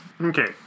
Okay